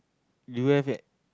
do you have yet